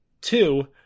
Two